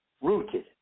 rooted